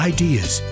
ideas